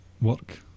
work